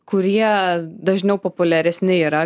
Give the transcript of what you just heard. kurie dažniau populiaresni yra